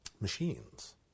machines